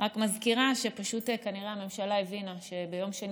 רק מזכירה שפשוט כנראה הממשלה הבינה שביום שני